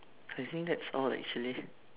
I think that's all actually